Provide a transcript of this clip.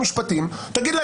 השופט חיים כהן בעצם אומר: מה,